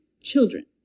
children